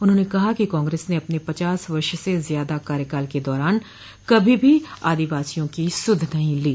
उन्होंने कहा कि कांग्रेस ने अपने पचास वर्ष से ज्यादा कार्यकाल के दौरान कभी भी आदिवासियों की सुध नहीं ली